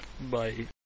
Bye